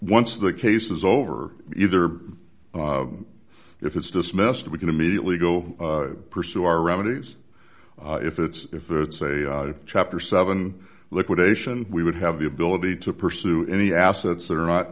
once the case is over either if it's dismissed we can immediately go pursue our remedies if it's if it's a chapter seven liquidation we would have the ability to pursue any assets that are not